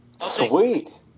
sweet